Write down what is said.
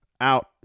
out